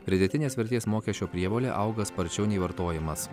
pridėtinės vertės mokesčio prievolė auga sparčiau nei vartojimas